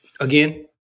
Again